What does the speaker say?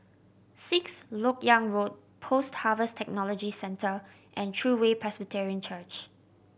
Sixth Lok Yang Road Post Harvest Technology Centre and True Way Presbyterian Church